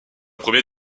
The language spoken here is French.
premier